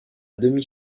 demi